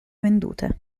vendute